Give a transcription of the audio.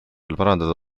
parandada